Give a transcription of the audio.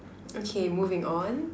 okay moving on